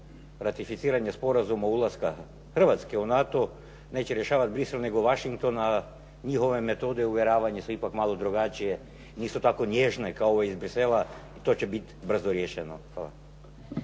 Hrvatske u NATO neće rješavati Bruxelles nego Washington a njihove metode uvjeravanja su ipak malo drugačije, nisu tako nježne kao iz Bruxellesa i to će biti brzo riješeno. Hvala.